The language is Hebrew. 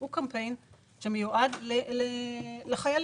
זה קמפיין שמיועד לחיילים.